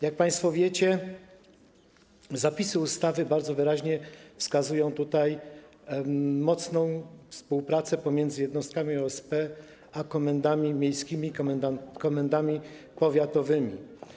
Jak państwo wiecie, zapisy ustawy bardzo wyraźnie wskazują na mocną współpracę pomiędzy jednostkami OSP a komendami miejskimi, komendami powiatowymi.